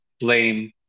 blame